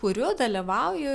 kuriu dalyvauju